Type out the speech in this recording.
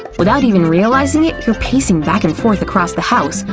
without even realizing it, you're pacing back and forth across the house,